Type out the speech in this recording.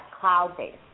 cloud-based